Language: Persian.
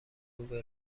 روبه